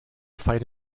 fight